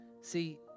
See